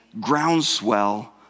groundswell